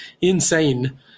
insane